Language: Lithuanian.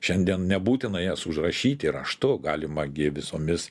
šiandien nebūtina jas užrašyti raštu galima gi visomis